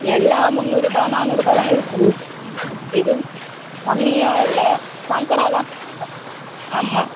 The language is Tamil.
எல்லாம் முந்நூறுரூபா நானூறுரூபாதாங்க விற்கிது எதுவும் கம்மியாக இல்லை சங்கரா எல்லாம் கொஞ்சம் ஆமாம்